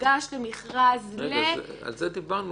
דיברנו